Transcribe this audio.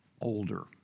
older